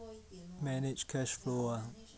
manage cash flow